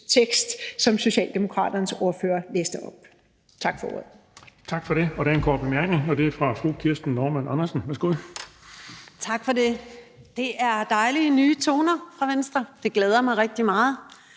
som Socialdemokraternes ordfører læste op. Tak for ordet.